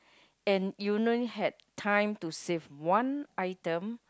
and you only had time to save one item